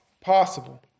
possible